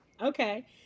Okay